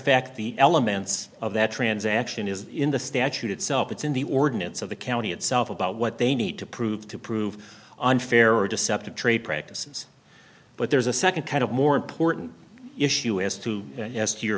fact the elements of that transaction is in the statute itself it's in the ordinance of the county itself about what they need to prove to prove unfair or deceptive trade practices but there's a second kind of more important issue as to yes to your